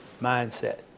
mindset